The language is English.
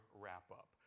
wrap-up